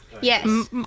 Yes